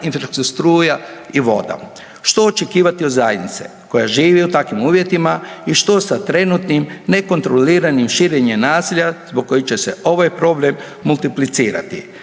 infrastruktura struja i voda. Što očekivati od zajednice koja živi u takvim uvjetima i što sa trenutnim nekontroliranim širenjem naselja zbog kojih će se ovaj problem multiplicirati.